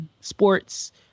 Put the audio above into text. sports